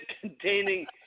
containing